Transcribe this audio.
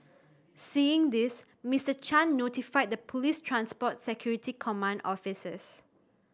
seeing this Mister Chan notified the police's transport security command officers